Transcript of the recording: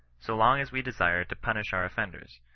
so long as we desire to punish our offenders.